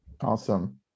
Awesome